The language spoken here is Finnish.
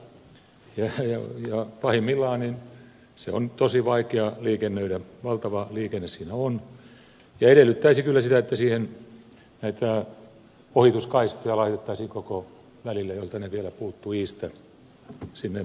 se on nelostietä ja pahimmillaan se on tosi vaikea liikennöidä valtava liikenne siinä on ja se edellyttäisi kyllä sitä että siihen ohituskaistoja laitettaisiin koko välille jolta ne vielä puuttuvat iistä maksniemeen